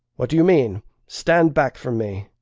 what do you mean stand back from me.